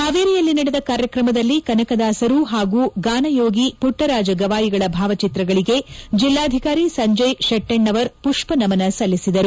ಹಾವೇರಿಯಲ್ಲಿ ನಡೆದ ಕಾರ್ಯಕ್ರಮದಲ್ಲಿ ಕನಕದಾಸರು ಹಾಗೂ ಗಾನಯೋಗಿ ಪುಟ್ಟರಾಜ ಗವಾಯಿಗಳ ಭಾವಚಿತ್ರಗಳಿಗೆ ಜಿಲ್ಲಾಧಿಕಾರಿ ಸಂಜಯ್ ಶೆಟ್ಟೆಣ್ಣವರ ಪುಷ್ಪನಮನ ಸಲ್ಲಿಸಿದರು